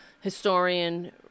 historian